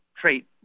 Trait